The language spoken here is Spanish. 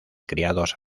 criados